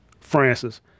Francis